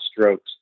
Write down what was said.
strokes